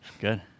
Good